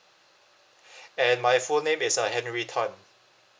and my full name is uh henry tan